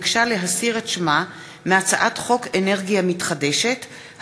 ביטול אפשרות להארכה אוטומטית של עסקה לתקופה קצובה),